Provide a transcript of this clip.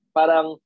Parang